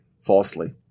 falsely